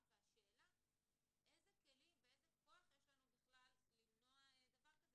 והשאלה איזה כלים ואיזה כוח יש לנו בכלל למנוע דבר כזה?